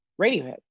Radiohead